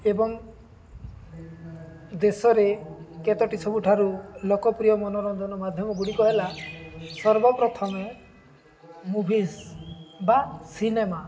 ଏବଂ ଦେଶରେ କେତୋଟି ସବୁଠାରୁ ଲୋକପ୍ରିୟ ମନୋରଞ୍ଜନ ମାଧ୍ୟମ ଗୁଡ଼ିକ ହେଲା ସର୍ବପ୍ରଥମେ ମୁଭିଜ୍ ବା ସିନେମା